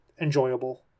enjoyable